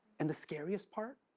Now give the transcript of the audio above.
and the scariest part?